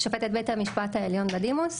שופטת בית המשפט העליון בדימוס,